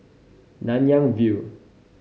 Nanyang View